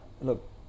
look